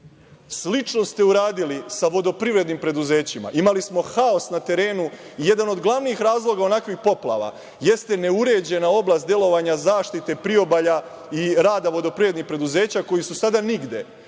Slično ste uradili sa vodoprivrednim preduzećima. Imali smo haos na terenu. Jedan od glavnih razloga onakvih poplava jeste neuređena oblast delovanja zaštite priobalja i rada vodoprivrednih preduzeća koji su sada nigde,